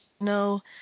no